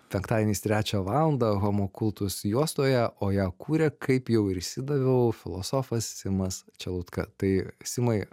penktadieniais trečią valandą homo kultus juostoje o ją kūrė kaip jau ir išsidaviau filosofas simas čelutka tai simai